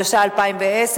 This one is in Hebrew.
התשע"א 2010,